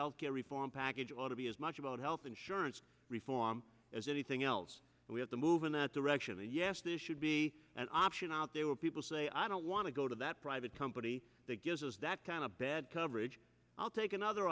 health care reform package ought to be as much about health insurance reform as anything else we have to move in that direction and yes there should be an option out there were people say i don't want to go to that private company that gives us that kind of bad coverage i'll take another